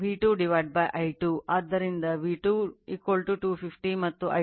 ಆದ್ದರಿಂದ V2 250 ಮತ್ತು I2 20 ಸಿಕ್ಕಿದೆ ಅದು 12